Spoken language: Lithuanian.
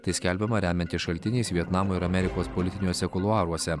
tai skelbiama remiantis šaltiniais vietnamo ir amerikos politiniuose kuluaruose